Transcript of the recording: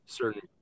certain